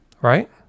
Right